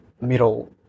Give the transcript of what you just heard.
middle